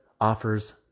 offers